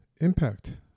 impact